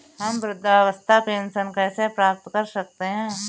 हम वृद्धावस्था पेंशन कैसे प्राप्त कर सकते हैं?